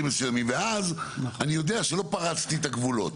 מסוימים ואז אני יודע שלא פרצתי את הגבולות.